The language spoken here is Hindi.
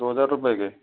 दो हज़ार रुपये के